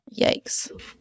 Yikes